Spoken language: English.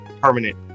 permanent